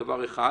זה דבר אחד,